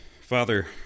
Father